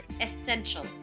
essential